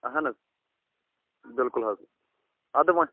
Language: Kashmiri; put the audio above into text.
اَہَن حظ بِلکُل حظ اَدٕ وَۅ